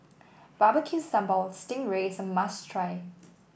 Barbecue Sambal Sting Ray is a must try